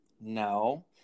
No